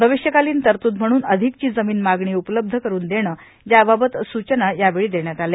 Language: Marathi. भविष्यकालीन तरतूद म्हणून अधिकची जमीन मागणी उपलब्ध करून देणे याबाबत सूचना यावेळी देण्यात आल्या